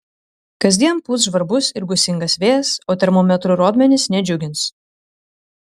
kasdien pūs žvarbus ir gūsingas vėjas o termometrų rodmenys nedžiugins